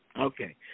Okay